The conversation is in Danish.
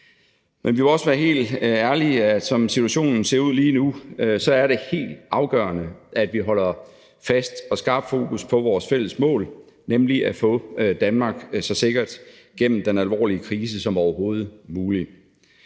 Men vi må også være helt ærlige og sige, at som situationen ser ud lige nu, er det helt afgørende, at vi holder fast og holder et skarpt fokus på vores fælles mål, nemlig at få Danmark så sikkert igennem den alvorlige krise som overhovedet muligt.